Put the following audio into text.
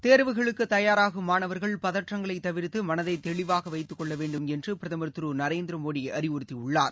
தேர்வுகளுக்கு தயாராகும் மாணவர்கள் பதற்றங்களை தவிர்த்து மனதை தெளிவாக வைத்துக்கொள்ள வேண்டும் என்று பிரதமர் திரு நரேந்திர மோடி அறிவுறுத்தியுள்ளார்